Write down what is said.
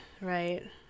Right